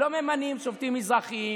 לא ממנים שופטים מזרחים,